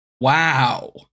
Wow